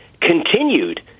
continued